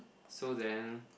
so then